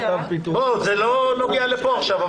זה לא נוגע לפה עכשיו.